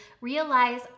realize